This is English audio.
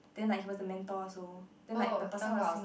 then like he was the mentor also then like the person will sing